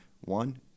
one